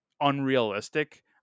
unrealistic